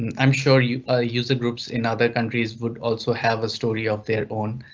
and i'm sure you ah user groups in other countries would also have a story of their own.